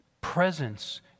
presence